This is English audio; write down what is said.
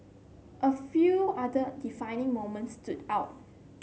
a few other defining moments stood out